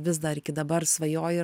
vis dar iki dabar svajoji